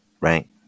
right